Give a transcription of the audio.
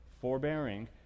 forbearing